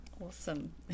Awesome